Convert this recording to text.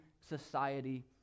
society